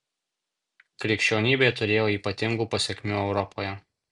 krikščionybė turėjo ypatingų pasekmių europoje